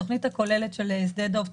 התוכנית הכוללת של שדה דב,